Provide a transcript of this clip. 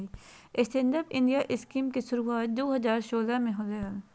stand up India scheme के शुरुआत दू हज़ार सोलह में होलय हल